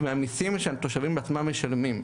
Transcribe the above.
ומהמיסים שהתושבים עצמם משלמים,